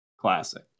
Classic